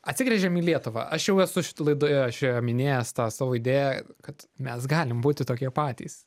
atsigręžiam į lietuvą aš jau esu šit laidoje šioje minėjęs tą savo idėją kad mes galim būti tokie patys